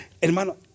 Hermano